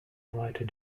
writer